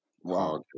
Wow